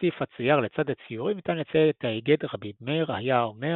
הוסיף הצייר לצד הציורים ניתן לציין את ההיגד "רבי מאיר אומר הוי